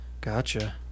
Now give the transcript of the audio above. Gotcha